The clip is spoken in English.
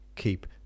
keep